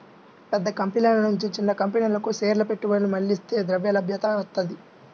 పెద్ద కంపెనీల నుంచి చిన్న కంపెనీలకు షేర్ల పెట్టుబడులు మళ్లిస్తే ద్రవ్యలభ్యత వత్తది